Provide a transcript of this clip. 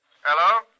Hello